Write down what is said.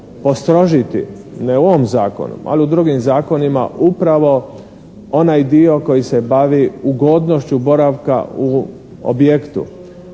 postrožiti. Ne u ovom zakonu, ali u drugim zakonima upravo onaj dio koji se bavi ugodnošću boravka u objektu.